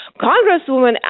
Congresswoman